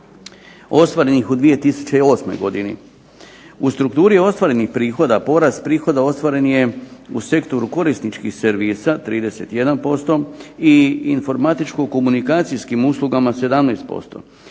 ostvarenih u 2008. godini. U strukturi ostvarenih prihoda porast prihoda ostvaren je u sektoru korisničkih servisa 31% i informatičko-komunikacijskim uslugama 17%,